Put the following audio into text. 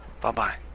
Bye-bye